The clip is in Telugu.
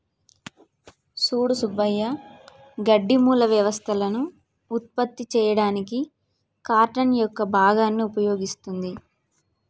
సూడు సుబ్బయ్య గడ్డి మూల వ్యవస్థలను ఉత్పత్తి చేయడానికి కార్టన్ యొక్క భాగాన్ని ఉపయోగిస్తుంది